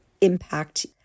impact